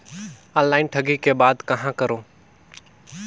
Online ठगी के बाद कहां करों?